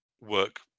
work